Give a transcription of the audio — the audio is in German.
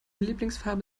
lieblingsfarbe